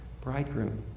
bridegroom